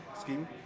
scheme